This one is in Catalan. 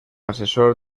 assessor